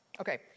Okay